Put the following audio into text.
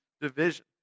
division